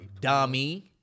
Dummy